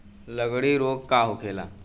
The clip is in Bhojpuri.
लगड़ी रोग का होखेला?